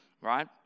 right